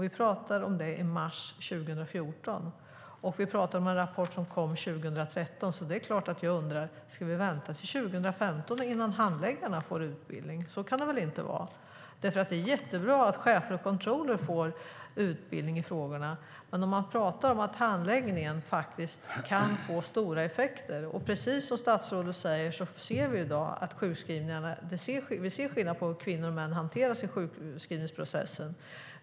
Vi pratar om detta i mars 2014. Rapporten kom 2013, så det är klart att jag undrar om vi ska vänta till 2015 innan handläggarna får utbildning. Så kan det väl inte vara. Det är jättebra att chefer och controllrar får utbildning i frågorna, men handläggningen kan faktiskt få stora effekter. Precis som statsrådet säger ser vi i dag skillnader i hur kvinnor och män hanteras i sjukskrivningsprocessen.